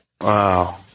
Wow